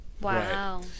Wow